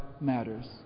matters